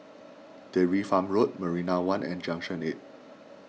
Dairy Farm Road Marina one and Junction eight